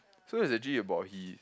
so is actually about he